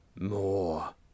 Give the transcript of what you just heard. More